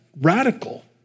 radical